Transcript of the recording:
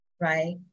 right